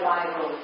Bible